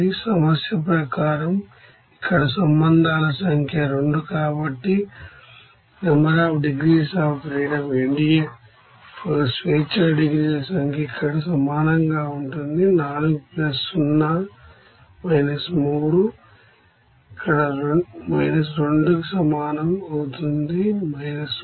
సమస్య ప్రకారం ఇక్కడ సంబంధాల సంఖ్య 2 కాబట్టి NDF స్వేచ్ఛా డిగ్రీల సంఖ్య ఇక్కడ సమానంగా ఉంటుంది 4 0 3 ఇక్కడ 2 కి సమానం అవుతుంది 1